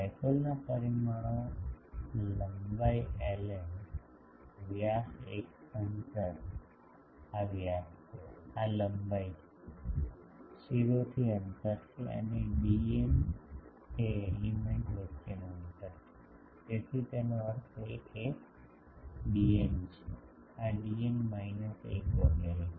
ડાઇપોલના પરિમાણો લંબાઈ એલએન વ્યાસ એક અંતર આ વ્યાસ છે આ લંબાઈ છે શિરોથી અંતર છે અને ડી એન એ એલિમેન્ટ વચ્ચે નું અંતર છે તેથી તેનો અર્થ એ કે આ ડીએન છે આ ડીએન માઈનસ 1 વગેરે છે